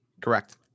Correct